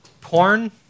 Porn